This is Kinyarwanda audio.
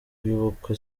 y’ubukwe